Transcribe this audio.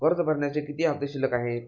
कर्ज भरण्याचे किती हफ्ते शिल्लक आहेत?